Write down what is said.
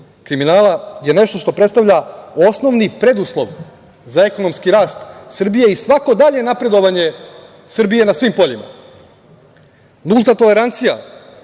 kriminala je nešto što predstavlja osnovni preduslov za ekonomski rast Srbije i svako dalje napredovanje Srbije na svim poljima. Nulta tolerancija